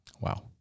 wow